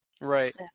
Right